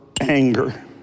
anger